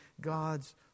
God's